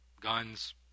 Guns